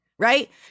Right